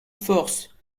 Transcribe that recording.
force